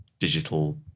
digital